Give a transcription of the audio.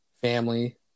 family